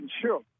Sure